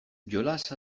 jolas